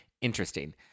Interesting